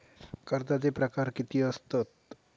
कर्जाचे प्रकार कीती असतत?